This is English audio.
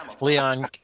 leon